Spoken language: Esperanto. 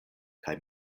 kaj